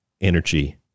energy